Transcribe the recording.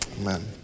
amen